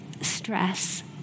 stress